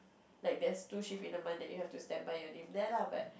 like there's two shift in a month that you have to standby your name there lah but